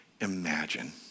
imagine